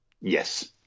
Yes